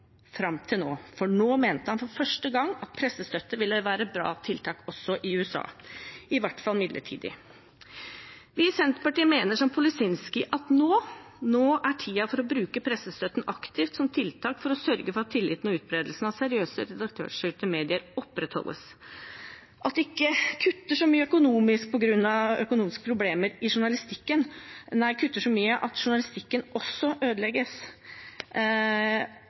fram til nå, for nå mente han for første gang at pressestøtte ville være et bra tiltak også i USA, i hvert fall midlertidig. Vi i Senterpartiet mener som Policinski at nå er tiden inne for å bruke pressestøtten aktivt som tiltak for å sørge for at tilliten og utbredelsen av seriøse redaktørstyrte medier opprettholdes – at de ikke kutter så mye økonomisk at journalistikken også ødelegges.